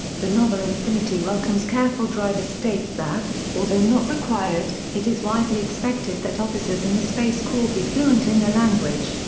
the novel infinity welcomes careful drivers states that, although not required, it is widely expected that officers in the space corps be fluent in the language,